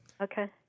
Okay